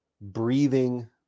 breathing